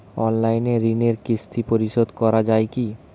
Online ঋণের কিস্তি পরিশোধ করা যায় কি?